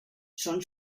són